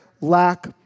lack